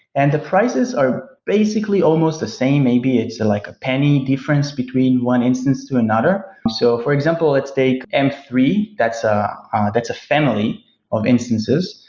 and the prices are basically almost the same, maybe it's like a penny difference between one instance to another. so for example, let's take m three. that's ah that's a family of instances,